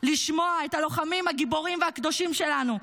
לשמוע את הלוחמים הגיבורים והקדושים שלנו,